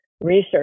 research